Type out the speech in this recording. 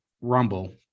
rumble